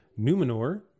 Numenor